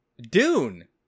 Dune